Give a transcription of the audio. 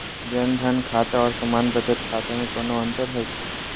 जन धन खाता और सामान्य बचत खाता में कोनो अंतर है की?